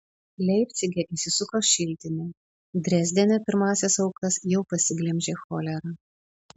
leipcige įsisuko šiltinė drezdene pirmąsias aukas jau pasiglemžė cholera